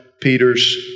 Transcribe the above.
Peter's